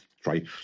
try